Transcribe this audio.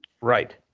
right